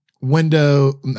window